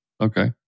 okay